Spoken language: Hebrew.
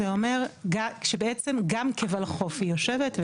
זה אומר שבעצם גם כולחו"ף היא יושבת.